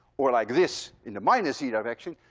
or like this, in the minus-z direction.